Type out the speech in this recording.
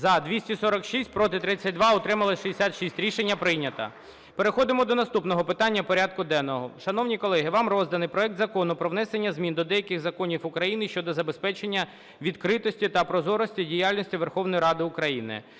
За-246 Проти – 32, утрималися – 66. Рішення прийнято. Переходимо до наступного питання порядку денного. Шановні колеги, вам розданий Проект Закону про внесення змін до деяких законів України щодо забезпечення відкритості та прозорості діяльності Верховної Ради України.